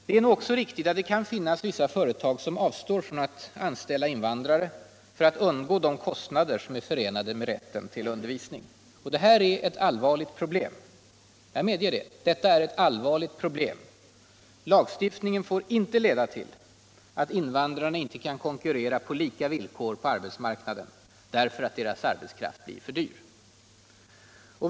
Det är också riktigt att det kan finnas vissa företag som avstår från att anställa invandrare för att undgå de kostnader som är förenade med rätten till svenskundervisning. Jag medger att detta är ett allvarligt problem. Lagstiftningen får inte leda till att invandrarna inte kan konkurrera på lika villkor på arbetsmarknaden, därför att deras arbetskraft är för dyr!